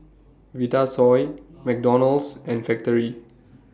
Vitasoy McDonald's and Factorie